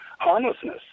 Harmlessness